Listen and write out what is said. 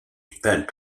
spent